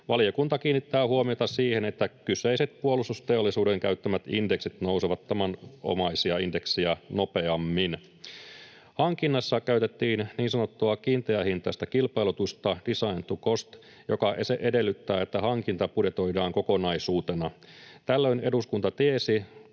Valiokunta kiinnittää huomiota siihen, että kyseiset puolustusteollisuuden käyttämät indeksit nousevat tavanomaisia indeksejä nopeammin. Hankinnassa käytettiin niin sanottua kiinteähintaista kilpailutusta, design-to-cost, joka edellyttää, että hankinta budjetoidaan kokonaisuutena. Tällöin eduskunta tiesi